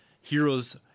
heroes